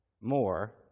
more